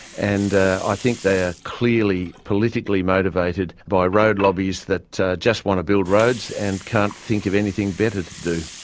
and i think they are clearly politically motivated by road lobbies that just want to build roads and can't think of anything better to do.